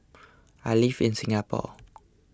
I live in Singapore